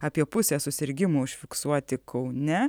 apie pusė susirgimų užfiksuoti kaune